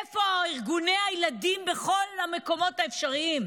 איפה ארגוני הילדים בכל המקומות האפשריים,